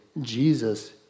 Jesus